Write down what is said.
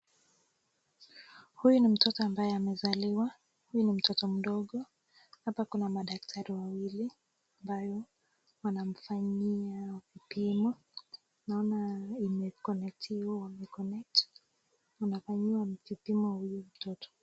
Huyu ni mtoto ambaye amezaliwa, huyu ni mtoto mdogo, hapa Kuna madaktari wawili ambayo wanamfanyia kipimo, naona imekonectiwa wanafanyiwa kipimo cha huyu mtoto.